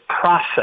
process